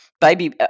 baby